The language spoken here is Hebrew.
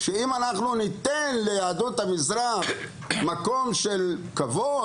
שאם אנחנו ניתן ליהדות המזרח מקום של כבוד,